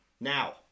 Now